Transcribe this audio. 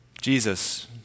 Jesus